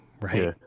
right